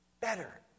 Better